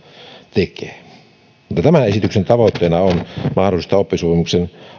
tekee mutta tämän esityksen tavoitteena on mahdollistaa oppisopimuksen